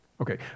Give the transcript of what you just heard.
Okay